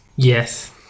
Yes